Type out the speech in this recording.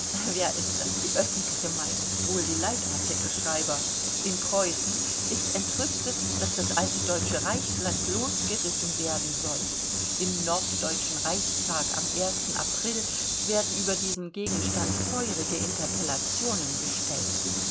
wer ist das die öffentliche meinung wohl die leitartikelschreiber in preußen ist entrüstet daß das alte deutsche reichsland losgerissen werden soll im norddeutschen reichstag am april werden über diesen gegenstand feuerige interpellationen gestellt